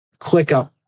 ClickUp